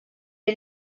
est